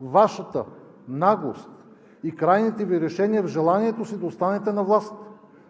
Вашата наглост и крайните Ви решения в желанието си да останете на власт,